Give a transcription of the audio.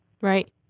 Right